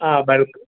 ആ ബൾക്ക്